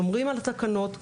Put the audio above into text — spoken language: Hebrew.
שומרים על ההנחיות.